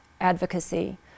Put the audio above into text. advocacy